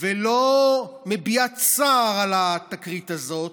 ולא מביעה צער על התקרית הזאת,